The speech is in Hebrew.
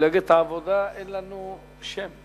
מפלגת העבודה, אין לנו שם.